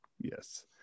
yes